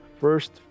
first